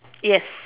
yes